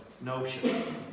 notion